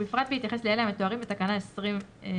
ובפרט בהתייחס לאלה המתוארים בתקנה 24(א);